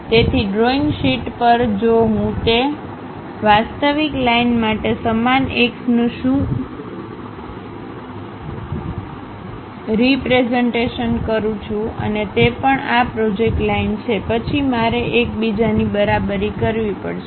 તેથી drawing sheet પર જો હું તે વાસ્તવિક લાઇન માટે સમાન એક્સનું શ્ રપ્રેઝન્ટેશન કરું છું અને તે પણ આ પ્રોજેક્ટ લાઈન છે પછી મારે એકબીજાની બરાબરી કરવી પડશે